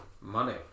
Money